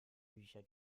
bücher